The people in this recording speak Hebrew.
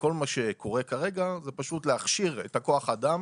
וכל מה שקורה כרגע זה פשוט להכשיר את כוח האדם